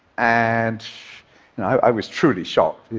and i was truly shocked.